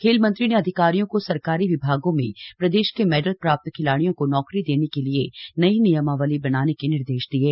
खेल मंत्री ने अधिकारियों को सरकारी विभागों में प्रदेश के मेडल प्राप्त खिलाड़ियों को नौकरी देने के लिए नयी नियमावली बनाने के निर्देश दिये